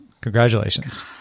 Congratulations